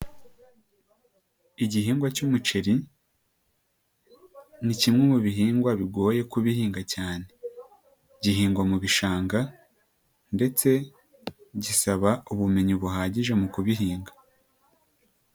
Igihingwa cy'umuceri ni kimwe mu bihingwa bigoye kubihinga cyane. Gihingwa mu bishanga ndetse gisaba ubumenyi buhagije mu kubihinga.